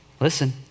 listen